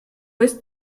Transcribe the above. ist